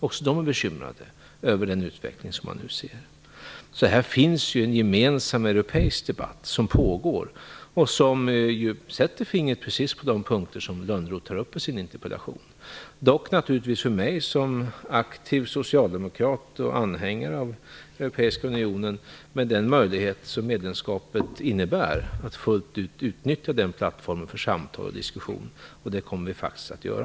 Även de är bekymrade över den utveckling som man nu ser. Här pågår en gemensam europeisk debatt och man sätter fingret precis på de punkter som Lönnroth tar upp i sin interpellation. För mig som aktiv socialdemokrat och anhängare av Europeiska unionen innebär medlemskapet en möjlighet att fullt ut utnyttja den plattformen för samtal och diskussioner. Det kommer vi faktiskt att göra.